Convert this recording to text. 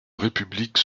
république